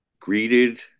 Greeted